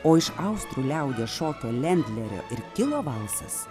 o iš austrų liaudies šokio lendlerio ir kilo valsas